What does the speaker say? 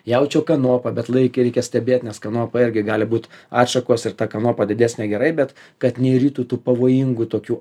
jaučio kanopą bet laike reikia stebėt nes kanopa irgi gali būti atšakos ir ta kanopa didesnė gerai bet kad neįrytų tų pavojingų tokių